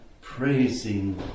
praising